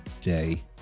Day